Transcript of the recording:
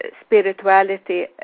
spirituality